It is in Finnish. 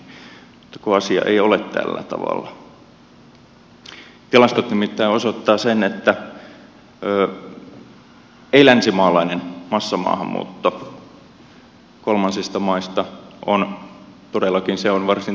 mutta kun asia ei ole tällä tavalla tilastot nimittäin osoittavat sen että ei länsimaalainen massamaahanmuutto kolmansista maista on todellakin varsin